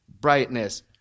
brightness